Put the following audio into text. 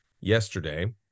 yesterday